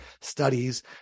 studies